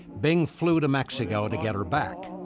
bing flew to mexico to get her back.